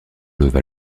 leva